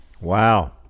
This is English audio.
Wow